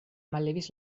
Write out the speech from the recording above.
mallevis